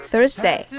Thursday